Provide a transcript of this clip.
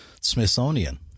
Smithsonian